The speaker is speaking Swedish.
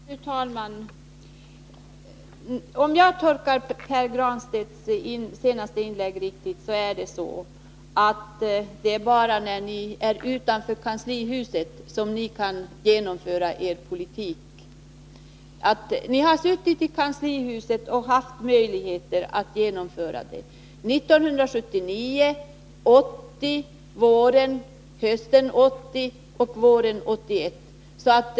Fru talman! Om jag tolkar Pär Granstedts senaste inlägg riktigt, är det bara när ni befinner er utanför kanslihuset som ni kan genomföra er politik. Ni har suttit i kanslihuset och haft möjligheter att genomföra det hela — 1979, 1980 och våren 1981.